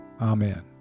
Amen